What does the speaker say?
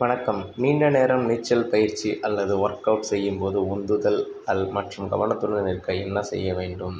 வணக்கம் நீண்ட நேரம் நீச்சல் பயிற்சி அல்லது ஒர்க்அவுட் செய்யும் போது உந்துதல் அல் மற்றும் கவனத்துடன் இருக்க என்ன செய்ய வேண்டும்